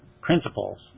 principles